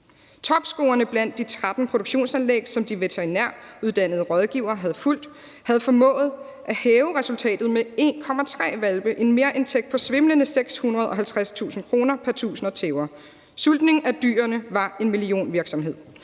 Topscorerne blandt de 13 produktionsanlæg, som de veterinæruddannede rådgivere havde fulgt, havde formået at hæve resultatet med 1,3 hvalpe – en merindtægt på svimlende 650.000 kr. pr. 1.000 tæver. Udsultning af dyrene var en millionvirksomhed.